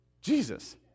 Jesus